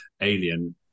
alien